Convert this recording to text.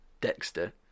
Dexter